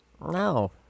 No